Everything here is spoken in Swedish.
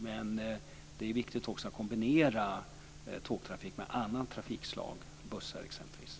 Men det är också viktigt att kombinera tågtrafik med andra trafikslag, t.ex. bussar.